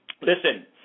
Listen